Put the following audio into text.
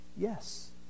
Yes